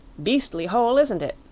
beastly hole, isn't it?